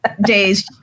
days